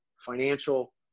financial